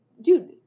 Dude